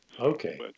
Okay